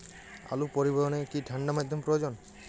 আলু পরিবহনে কি ঠাণ্ডা মাধ্যম প্রয়োজন?